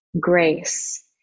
grace